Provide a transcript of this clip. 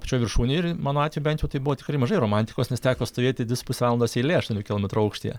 pačioj viršūnėj ir mano atveju bent jau tai buvo tikrai mažai romantikos nes teko stovėti dvi su puse valandos eilėj aštuonių kilometrų aukštyje